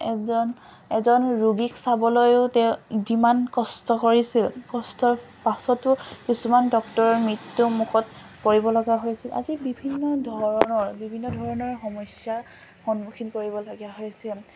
এজন এজন ৰোগীক চাবলৈও তেওঁ যিমান কষ্ট কৰিছিল কষ্টৰ পাছতো কিছুমান ডক্টৰৰ মৃত্যুমুখত পৰি লগা হৈছিল আজি বিভিন্ন ধৰণৰ বিভিন্ন ধৰণৰ সমস্যাৰ সন্মুখীন কৰিবলগীয়া হৈছে